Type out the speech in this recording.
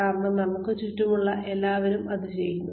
കാരണം നമുക്ക് ചുറ്റുമുള്ള എല്ലാവരും അത് ചെയ്യുന്നു